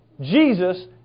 Jesus